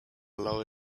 lower